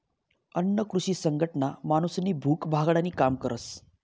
अन्न कृषी संघटना माणूसनी भूक भागाडानी काम करस